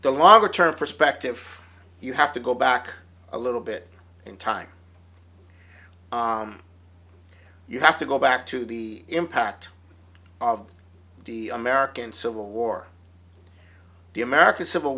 the longer term perspective you have to go back a little bit in time you have to go back to the impact of the american civil war the american civil